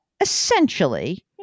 essentially